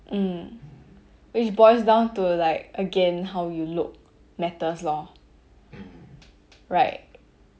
mm which boils down to like again how you look matters lor right